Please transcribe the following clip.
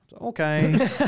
Okay